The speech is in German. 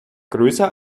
größer